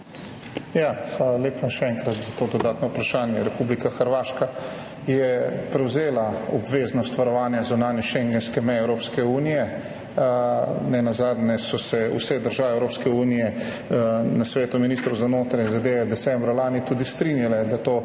Hvala lepa, še enkrat, za to dodatno vprašanje. Republika Hrvaška je prevzela obveznost varovanja zunanje šengenske meje Evropske unije, nenazadnje so se vse države Evropske unije na svetu ministrov za notranje zadeve decembra lani tudi strinjale, da to prevzame.